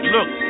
Look